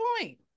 point